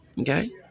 Okay